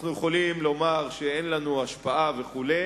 אנחנו יכולים לומר שאין לנו השפעה וכו'.